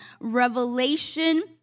Revelation